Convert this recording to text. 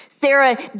Sarah